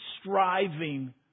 striving